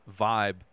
vibe